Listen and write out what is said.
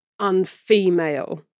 unfemale